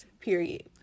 period